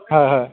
হয় হয়